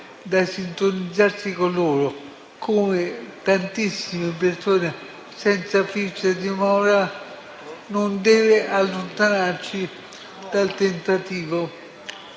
a sintonizzarsi con le tantissime persone senza fissa dimora non deve allontanarci dal tentativo